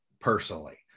personally